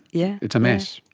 yeah it's a mess.